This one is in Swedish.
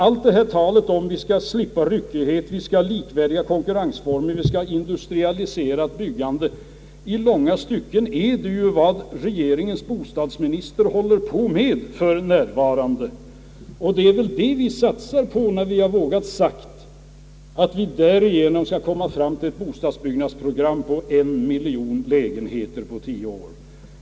Att vi skall slippa ryckighet, att vi skall ha likvärdiga konkurrensformer och att vi skall industrialisera byggandet är i långa stycken vad regeringens bostadsminister för närvarande håller på med. Det är väl det vi satsar på när vi har vågat säga att det är därigenom vi skall komma fram till ett bostadsbyggnadsprogram på en miljon lägenheter på tio år.